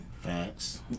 Facts